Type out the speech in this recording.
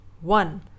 One